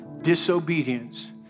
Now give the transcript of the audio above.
disobedience